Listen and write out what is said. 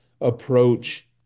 approach